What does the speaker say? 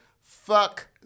fuck